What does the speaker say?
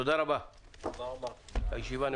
תודה רבה, הישיבה נעולה.